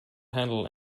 handle